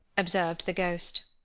observed the ghost.